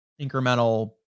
incremental